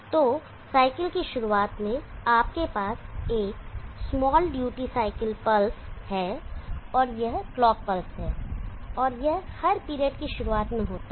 तो साइकिल की शुरुआत में आपके पास एक स्मॉल ड्यूटी साइकिल पल्स है और वह यह क्लॉक पल्स है और यह हर पीरियड की शुरुआत में होता है